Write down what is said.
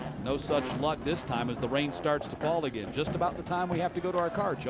no such luck this time as the rain starts to call again. just about the time we have to go to our card.